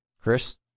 Chris